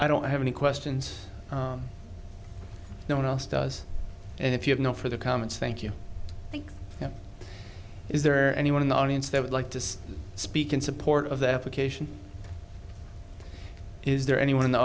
i don't have any questions no one else does and if you have not for the comments thank you thank you is there anyone in the audience that would like to speak in support of their application is there anyone in the